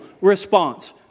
response